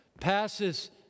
passes